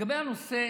לגבי הנושא